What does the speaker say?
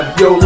yo